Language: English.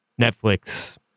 Netflix